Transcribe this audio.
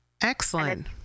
excellent